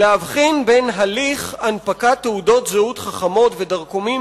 "להבחין בין הליך הנפקת תעודות זהות חכמות ודרכונים